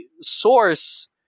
source